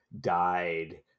died